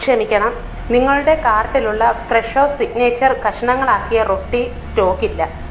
ക്ഷമിക്കണം നിങ്ങളുടെ കാർട്ടിലുള്ള ഫ്രെഷോ സിഗ്നേച്ചർ കഷ്ണങ്ങൾ ആക്കിയ റൊട്ടി സ്റ്റോക്ക് ഇല്ല